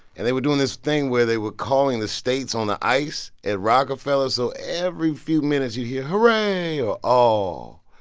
and they were doing this thing where they were calling the states on the ice at rockefeller. so every few minutes, you hear hooray or oh.